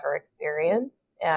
experienced